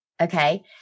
Okay